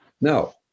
Now